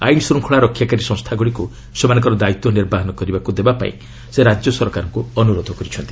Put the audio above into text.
ଆଇନ୍ ଶ୍ରୂଙ୍ଖଳା ରକ୍ଷାକାରୀ ସଂସ୍ଥାଗୁଡ଼ିକୁ ସେମାନଙ୍କର ଦାୟିତ୍ୱ ନିର୍ବାହନ କରିବାକୁ ଦେବା ପାଇଁ ସେ ରାଜ୍ୟ ସରକାରଙ୍କୁ ଅନୁରୋଧ କରିଛନ୍ତି